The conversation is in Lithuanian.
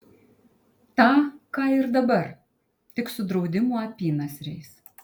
tą ką ir dabar tik su draudimų apynasriais